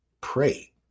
pray